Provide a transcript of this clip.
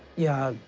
yeah.